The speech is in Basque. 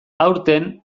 aurten